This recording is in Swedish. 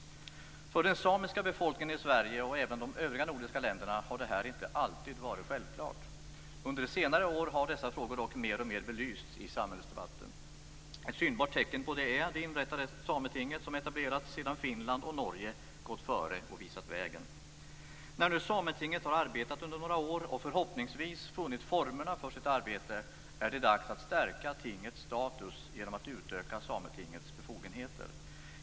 För den samiska befolkningen i Sverige och även i de övriga nordiska länderna har det här inte alltid varit självklart. Under senare år har dessa frågor dock mer och mer belysts i samhällsdebatten. Ett synbart tecken på det är det inrättade Sametinget som etablerats sedan Finland och Norge gått före och visat vägen. När nu Sametinget har arbetat under några år och förhoppningsvis funnit formerna för sitt arbete är det dags att stärka tingets status genom att utöka dess befogenheter.